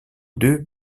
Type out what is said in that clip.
deux